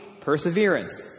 perseverance